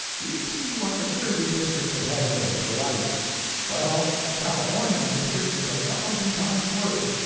you see what the jersey district of heaven is, for whites well, the californian district is a thousand times worse.